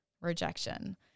rejection